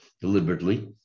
deliberately